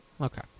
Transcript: Okay